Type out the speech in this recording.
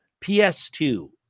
PS2